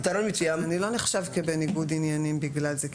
לי הגיוני.